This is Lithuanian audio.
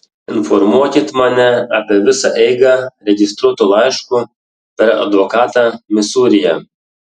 informuokit mane apie visą eigą registruotu laišku per advokatą misūryje